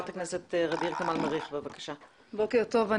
בוקר טוב.